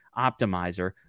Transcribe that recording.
optimizer